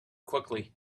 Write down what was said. quickly